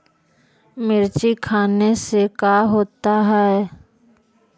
मिर्ची खाने से का होता है?